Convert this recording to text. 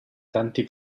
tanti